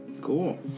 Cool